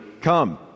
come